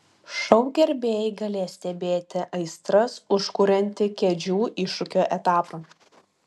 šou gerbėjai galės stebėti aistras užkuriantį kėdžių iššūkio etapą